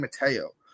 Mateo